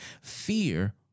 Fear